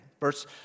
Verse